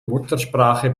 muttersprache